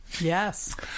Yes